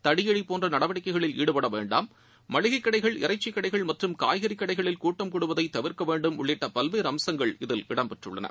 தடியடி போன்ற நடவடிக்கைகளில் ஈடுபட வேண்டாம் மளிகைக்கடைகள் இறைச்சிக்கடைகள் மற்றும் காய்கறி கடைகளில் கூட்டம் கூடுவதை தவிர்க்க வேண்டும் உள்ளிட்ட பல்வேறு அம்சங்கள் இதில் இடம்பெற்றுள்ளன